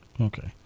Okay